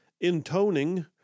intoning